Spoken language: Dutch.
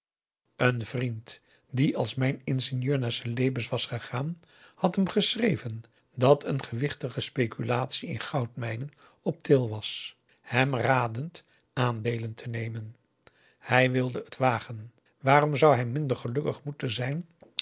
een vriend die als mijn ingenieur naar celebes was gegaan had hem geschreven dat een gewichtige speculatie in goud mijnen op til was hem radend aandeelen te nemen hij wilde het wagen waarom zou hij minder gelukkig moeten zijn